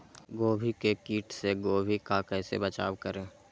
गोभी के किट से गोभी का कैसे बचाव करें?